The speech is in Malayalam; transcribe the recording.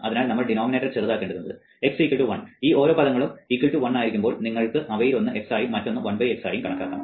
അതിനാൽ നമ്മൾ ഡിനോമിനേറ്റർ ചെറുതാക്കേണ്ടതുണ്ട് x 1 ഈ ഓരോ പദങ്ങളും 1 ആയിരിക്കുമ്പോൾ നിങ്ങൾക്ക് അവയിലൊന്ന് x ആയും മറ്റൊന്ന് 1 x ആയും കണക്കാക്കാം